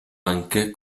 anche